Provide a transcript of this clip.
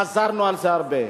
חזרנו על זה הרבה.